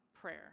Prayer